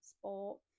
sport